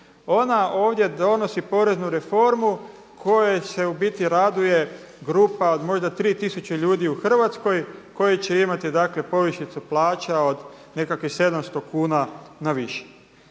Ona ovdje donosi poreznu reformu kojoj se u biti raduje grupa od možda 3000 ljudi u Hrvatskoj koji će imati dakle povišicu plaća od nekakvih 700 kuna na više.